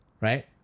right